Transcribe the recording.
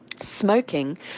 Smoking